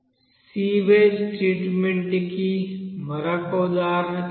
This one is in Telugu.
సివెజ్ ట్రీట్మెంట్ కి మరో ఉదాహరణ చేద్దాం